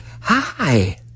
hi